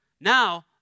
Now